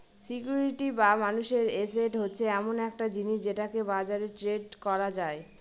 security বা মানুষের asset হচ্ছে এমন একটা জিনিস যেটাকে বাজারে ট্রেড করা যায়